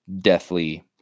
deathly